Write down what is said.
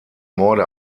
morde